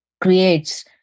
creates